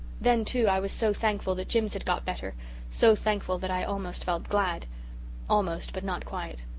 then, too, i was so thankful that jims had got better so thankful that i almost felt glad almost but not quite.